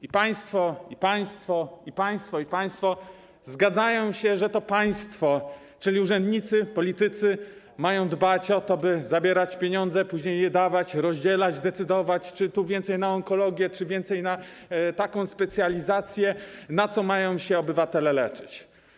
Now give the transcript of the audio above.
I państwo, i państwo, i państwo zgadzają się, że to państwo, czyli urzędnicy, politycy, ma dbać o to, by zabierać pieniądze, a później je dawać, rozdzielać, decydować, czy dać więcej na onkologię, czy więcej na taką specjalizację, na co mają się obywatele leczyć.